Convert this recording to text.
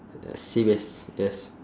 sea bass yes